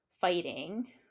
fighting